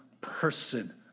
person